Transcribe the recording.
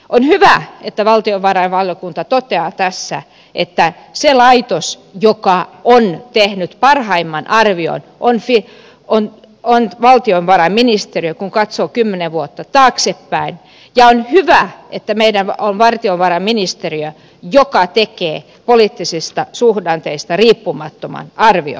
on hyvä että valtiovarainvaliokunta toteaa tässä että se laitos joka on tehnyt parhaimman arvion on valtiovarainministeriö kun katsoo kymmenen vuotta taaksepäin ja on hyvä että meillä on valtiovarainministeriö joka tekee poliittisista suhdanteista riippumattoman arvion